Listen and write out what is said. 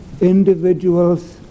individuals